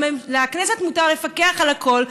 לכנסת מותר לפקח על הכול,